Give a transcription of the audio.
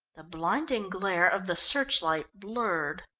the blinding glare of the searchlight blurred.